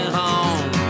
home